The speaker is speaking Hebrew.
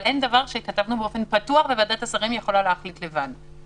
אבל אין דבר שכתבנו באופן פתוח וועדת השרים יכולה להחליט לבד.